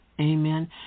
Amen